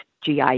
gi